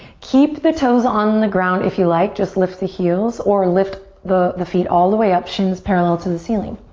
keep the toes on the ground if you like, just lift the heels or lift the the feet all the way up, shins parallel to the ceiling.